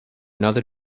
another